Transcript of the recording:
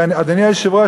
אדוני היושב-ראש,